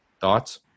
Thoughts